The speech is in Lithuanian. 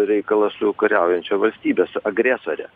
reikalą su kariaujančia valstybe su agresore